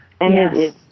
Yes